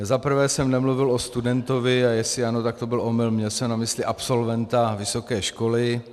Za prvé jsem nemluvil o studentovi, a jestli ano, tak to byl omyl, měl jsem na mysli absolventa vysoké školy.